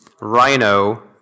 rhino